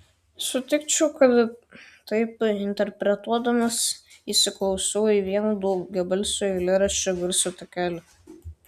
sutikčiau kad taip interpretuodamas įsiklausiau į vieną daugiabalsio eilėraščio garso takelį